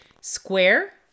square